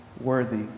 Worthy